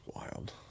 wild